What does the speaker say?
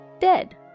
dead